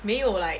没有 like